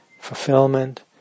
fulfillment